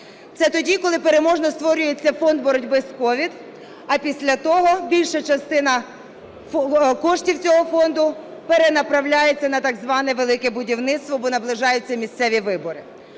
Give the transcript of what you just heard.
Це тоді, коли переможно створюється Фонд боротьби з COVID, а після того більша частина коштів цього фонду перенаправляється на так зване "Велике будівництво", бо наближаються місцеві вибори.